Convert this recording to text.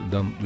Dan